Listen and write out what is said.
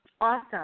Awesome